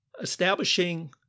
Establishing